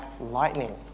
lightning